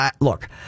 Look